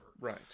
right